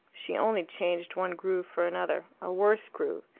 she only changed one groove for another a worse groove.